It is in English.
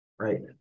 Right